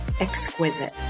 exquisite